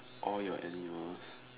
all your animals